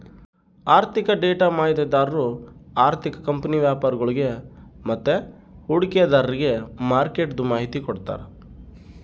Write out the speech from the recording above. ಆಋಥಿಕ ಡೇಟಾ ಮಾಹಿತಿದಾರು ಆರ್ಥಿಕ ಕಂಪನಿ ವ್ಯಾಪರಿಗುಳ್ಗೆ ಮತ್ತೆ ಹೂಡಿಕೆದಾರ್ರಿಗೆ ಮಾರ್ಕೆಟ್ದು ಮಾಹಿತಿ ಕೊಡ್ತಾರ